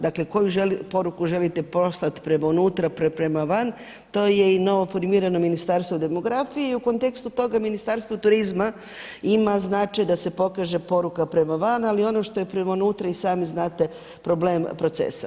Dakle, koju poruku želite poslati prema unutra, prema van, to je i novoformirano Ministarstvo demografije i u kontekstu toga Ministarstvo turizma ima značaj da se pokaže poruka prema van, ali ono što je prema unutra i sami znati problem procesa.